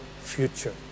future